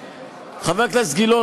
חבר הכנסת גילאון,